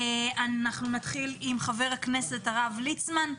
נתחיל עם חבר הכנסת הרב ליצמן.